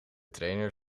trainer